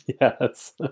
Yes